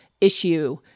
issue